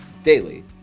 daily